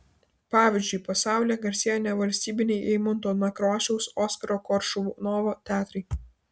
pavyzdžiui pasaulyje garsėja nevalstybiniai eimunto nekrošiaus oskaro koršunovo teatrai